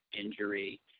injury